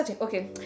Okay